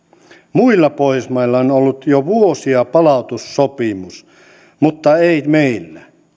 muilla pohjoismailla on ollut jo vuosia palautussopimus mutta ei meillä